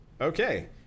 Okay